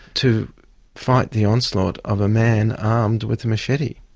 to fight the onslaught of a man armed with a machete.